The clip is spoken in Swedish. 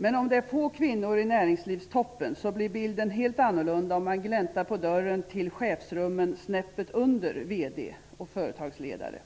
Även om det finns få kvinnor i näringslivstoppen blir bilden en helt annan om man gläntar på dörren till chefsrummen snäppet under VD och företagsledare.